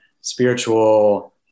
spiritual